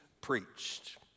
preached